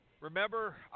remember